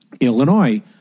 Illinois